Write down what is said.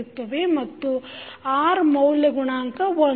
ಮತ್ತು r ಮೌಲ್ಯ ಗುಣಾಂಕ 1